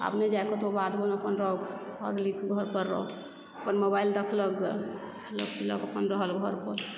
आब नहि जाय कतहु बाध वन अपन रह भऽ गेली घर पर रह अपन मोबाइल देखलक गे खयलक पीलक अपन रहल घर पर